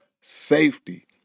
safety